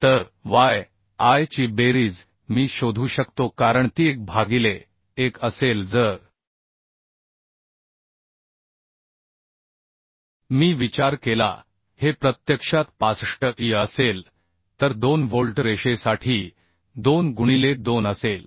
तर y i ची बेरीज मी शोधू शकतो कारण ती 1 भागिले 1 असेल जर मी विचार केला की हे प्रत्यक्षात 65 y असेल तर 2 व्होल्ट रेषेसाठी 2 गुणिले 2 असेल